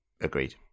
Agreed